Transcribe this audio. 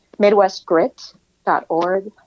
MidwestGrit.org